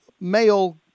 male